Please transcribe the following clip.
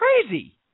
crazy